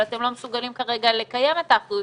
אבל אתם לא מסוגלים כרגע לקיים את האחריות